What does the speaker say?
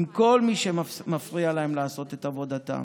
עם כל מי שמפריע להם לעשות את עבודתם,